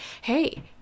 hey